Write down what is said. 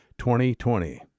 2020